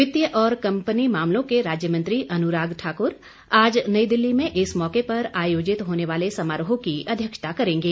वित्तीय और कंपनी मामलों के राज्य मंत्री अनुराग ठाकुर आज नई दिल्ली में इस मौके पर आयोजित होने वाले समारोह की अध्यक्षता करेंगे